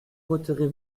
retirez